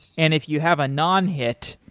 and if you have a non-hit,